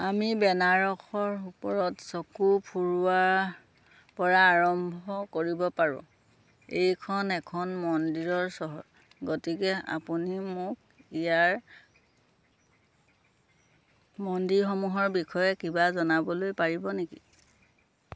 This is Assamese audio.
আমি বেনাৰসৰ ওপৰত চকু ফুৰোৱাৰ পৰা আৰম্ভ কৰিব পাৰোঁ এইখন এখন মন্দিৰৰ চহৰ গতিকে আপুনি মোক ইয়াৰ মন্দিৰসমূহৰ বিষয়ে কিবা জনাবলৈ পাৰিব নেকি